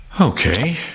Okay